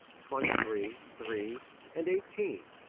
twenty three, three and eighteen.